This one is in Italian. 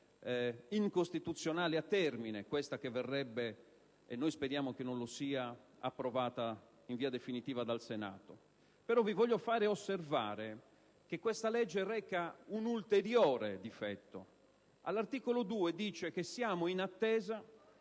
incostituzionale a termine» questa che verrebbe - noi speriamo che non lo sia - approvata in via definitiva dal Senato. Voglio far osservare che questa legge reca qui un ulteriore difetto. All'articolo 2 si dice che siamo in attesa